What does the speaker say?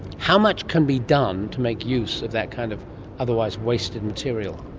how much can be done to make use of that kind of otherwise wasted material?